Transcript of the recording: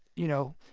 you know,